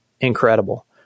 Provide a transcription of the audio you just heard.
incredible